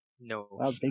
No